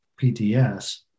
PTS